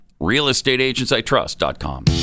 Realestateagentsitrust.com